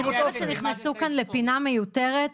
נכנסו פה לפינה מיותרת.